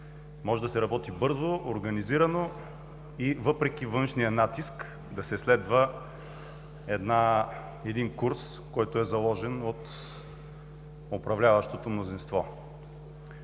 може да се работи бързо, организирано и въпреки външния натиск да се следва един курс, който е заложен от управляващото мнозинство.